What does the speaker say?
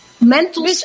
Mental